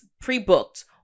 pre-booked